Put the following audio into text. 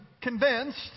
convinced